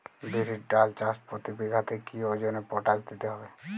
বিরির ডাল চাষ প্রতি বিঘাতে কি ওজনে পটাশ দিতে হবে?